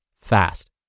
fast